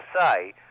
say